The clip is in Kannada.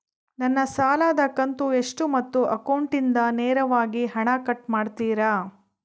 ನನ್ನ ಸಾಲದ ಕಂತು ಎಷ್ಟು ಮತ್ತು ಅಕೌಂಟಿಂದ ನೇರವಾಗಿ ಹಣ ಕಟ್ ಮಾಡ್ತಿರಾ?